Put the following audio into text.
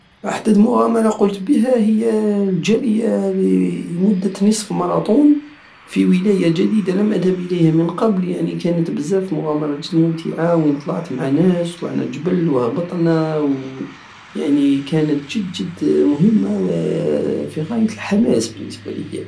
احدث مغامرة قمت بيها هي الجري لمدة نصف مراطون في ولاية جديدة لم ادهب اليها من قبل يعني كانت بزاف مغامرة جد ممتعة وين طلعت مع ناس وطلعنا الجبل وهبطنا ويعني كانت جد جد مهمة وفي غاية الحماس يالنسبة لية